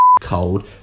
cold